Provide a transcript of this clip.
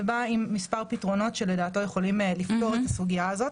ובא עם מספר פתרונות שלדעתו יכולים לפתור את הסוגיה הזאת.